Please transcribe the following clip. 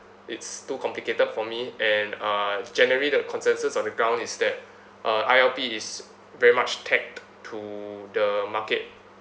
it's too complicated for me and uh generally the consensus on the ground is that uh I_L_P is very much tacked to the market